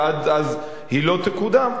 ועד אז היא לא תקודם,